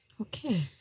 okay